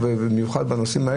ההתייחסות,